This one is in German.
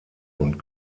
und